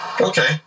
Okay